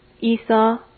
Esau